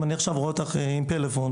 אם אני עכשיו רואה אותך עם פלאפון,